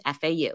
FAU